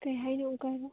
ꯀꯔꯤ ꯍꯥꯏꯅꯣ ꯑꯝꯨꯛꯀ ꯍꯥꯏꯔꯛꯑꯣ